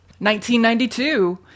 1992